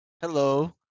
hello